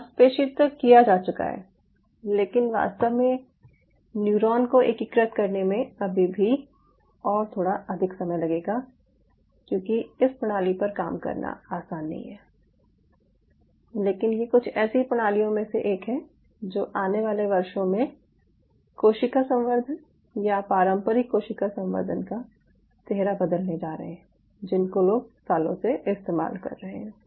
मांसपेशी तक किया जा चुका है लेकिन वास्तव में न्यूरॉन को एकीकृत करने में अभी भी और थोड़ा अधिक समय लगेगा क्योंकि इस प्रणाली पर काम करना आसान नहीं है लेकिन ये कुछ ऐसी प्रणालियों में से एक है जो आने वाले वर्षों में कोशिका संवर्धन या पारंपरिक कोशिका संवर्धन का चेहरा बदलने जा रहे हैं जिनको लोग सालों से इस्तेमाल कर रहे हैं